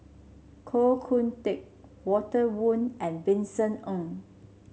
Koh Hoon Teck Walter Woon and Vincent Ng